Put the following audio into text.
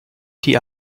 die